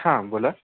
हां बोला